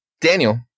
daniel